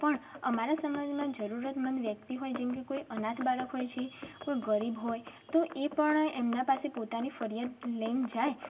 પણ અમારા સમાજમાં જરૂરતમંદ વ્યક્તિ હોય જેમ કે કોઈ અનાથ બાળક હોય છે કોઈ ગરીબ હોય તો એ પણ એમના પાસે પોતાની ફરીયાદ લઈને જાય